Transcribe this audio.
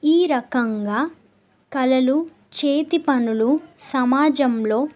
ఈ రకంగా కళలు చేతి పనులు సమాజంలో